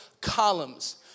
columns